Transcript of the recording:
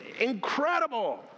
incredible